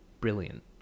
brilliant